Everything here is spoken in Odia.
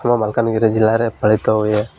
ଆମ ମାଲକାନଗିରି ଜିଲ୍ଲାରେ ପାଳିତ ହୁଏ